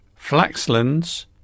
Flaxlands